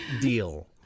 deal